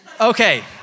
Okay